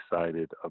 excited